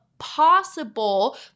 possible